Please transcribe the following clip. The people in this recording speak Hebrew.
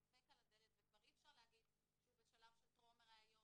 דופק על הדלת וכבר אי אפשר להגיד שהוא בשלב של טרום ריאיון,